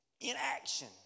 Inaction